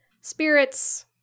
spirits